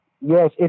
Yes